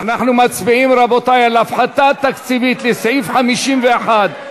רבותי, אנחנו מצביעים על הפחתה תקציבית לסעיף 51,